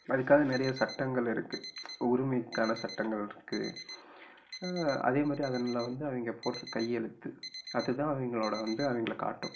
அதுக்காக நிறைய சட்டங்கள் இருக்குது உரிமைக்கான சட்டங்கள்ருக்கு அதேமாரி அதன்ல வந்து அவங்க போடுற கையெழுத்து அது தான் அவங்களோட வந்து அவங்கள காட்டும்